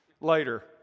later